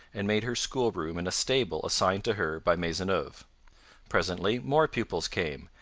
and made her school-room in a stable assigned to her by maisonneuve. presently more pupils came,